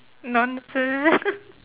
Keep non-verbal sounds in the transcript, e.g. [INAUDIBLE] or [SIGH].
nonsense [LAUGHS]